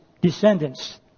descendants